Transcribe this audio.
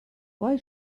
why